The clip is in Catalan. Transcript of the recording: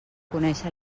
conèixer